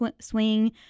swing